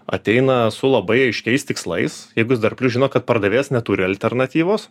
ateina su labai aiškiais tikslais jeigu jis dar plius žino kad pardavėjas neturi alternatyvos